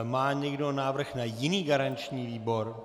Má někdo návrh na jiný garanční výbor?